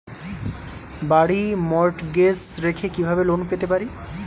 বাড়ি মর্টগেজ রেখে কিভাবে লোন পেতে পারি?